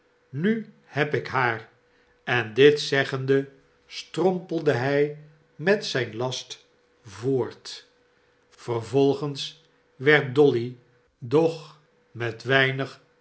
nu heb ik haar en dit zeggende strompelde hij met zijn last voort vervolgens werd dolly doch met weinig